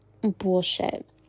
bullshit